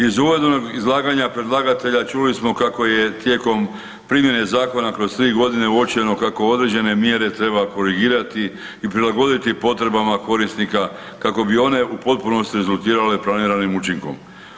Iz uvodnog izlaganja predlagatelja čuli smo kako tijekom primjene zakona kroz tri godine uočeno kako određene mjere treba korigirati i prilagoditi potrebama korisnika kako bi one u potpunosti rezultirale planiranim učinkom.